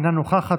אינה נוכחת,